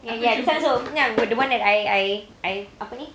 and ya this [one] also ni yang the one that I I I apa ni